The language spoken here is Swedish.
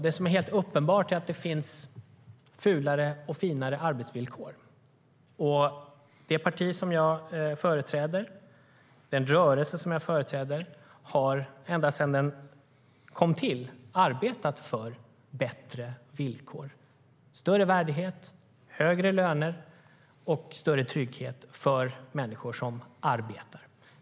Det som är helt uppenbart är att det finns fulare och finare arbetsvillkor. Den rörelse och det parti som jag företräder har sedan tillkomsten arbetat för bättre villkor, större värdighet, högre löner och större trygghet för människor som arbetar.